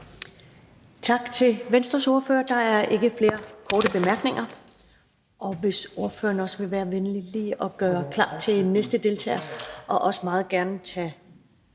Tak til Venstres ordfører. Der er ikke flere korte bemærkninger. Og hvis ordføreren vil være venlig lige at gøre klar til den næste ordfører, er det